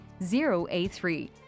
0A3